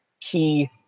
key